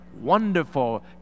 Wonderful